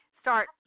start